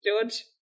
George